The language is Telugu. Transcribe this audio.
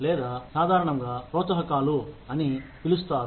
లేదా సాధారణంగా ప్రోత్సాహకాలు అని పిలుస్తారు